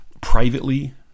privately